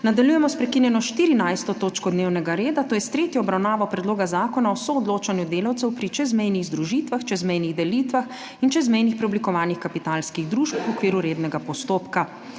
Nadaljujemo s prekinjeno 14. točko dnevnega reda, to je s tretjo obravnavo Predloga zakona o soodločanju delavcev pri čezmejnih združitvah, čezmejnih delitvah in čezmejnih preoblikovanjih kapitalskih družb v okviru rednega postopka.